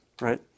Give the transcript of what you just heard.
right